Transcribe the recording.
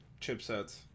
chipsets